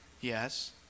Yes